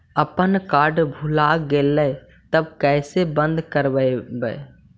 अपन कार्ड भुला गेलय तब कैसे बन्द कराइब?